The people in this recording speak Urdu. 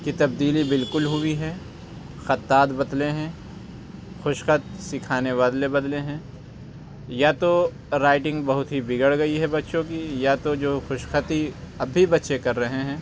کی تبدیلی بالکل ہوئی ہے خطوط بدلے ہیں خوش خط سکھانے ادلے بدلے ہیں یا تو رائٹنگ بہت ہی بگڑ گئی ہے بچوں کی یا تو جو خوش خطی اب بھی بچے کر رہے ہیں